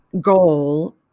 goal